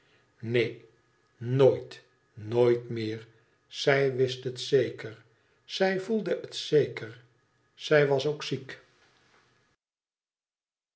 neen nooit nooit meer zij wist het zeker zij voelde het zeker zij was ook ziek